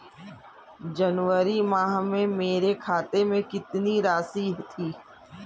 जनवरी माह में मेरे खाते में कितनी राशि थी?